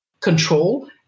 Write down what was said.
control